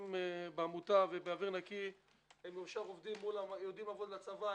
בעמותה ובאוויר נקי הם יודעים לעבוד מול הצבא.